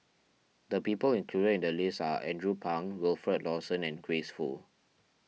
the people included in the list are Andrew Phang Wilfed Lawson and Grace Fu